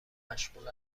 مشغول